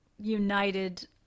united